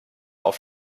auf